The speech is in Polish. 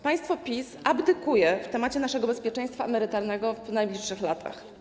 Państwo PiS abdykuje w sprawie naszego bezpieczeństwa emerytalnego w najbliższych latach.